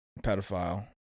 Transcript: pedophile